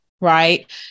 Right